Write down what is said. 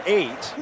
eight